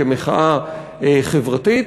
כמחאה חברתית,